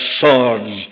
swords